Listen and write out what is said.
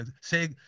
say